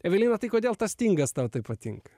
evelina tai kodėl tas stingas tau taip patinka